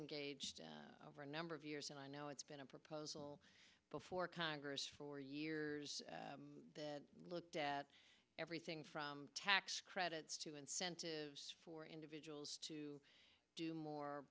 engaged for a number of years and i know it's been a proposal before congress for years looked at everything from tax credits to incentives for individuals to do more